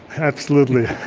absolutely.